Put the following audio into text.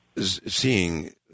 seeing